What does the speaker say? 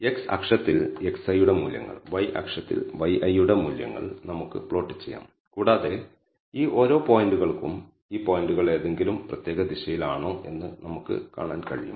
x അക്ഷത്തിൽ xi യുടെ മൂല്യങ്ങൾ y അക്ഷത്തിൽ yi യുടെ മൂല്യങ്ങൾ നമുക്ക് പ്ലോട്ട് ചെയ്യാം കൂടാതെ ഈ ഓരോ പോയിന്റുകൾക്കും ഈ പോയിന്റുകൾ ഏതെങ്കിലും പ്രത്യേക ദിശയിൽ ആണോ എന്ന് നമുക്ക് കാണാൻ കഴിയും